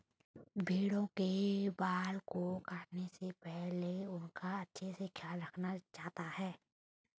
भेड़ों के बाल को काटने से पहले उनका अच्छे से ख्याल रखा जाता है